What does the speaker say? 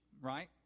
right